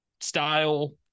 style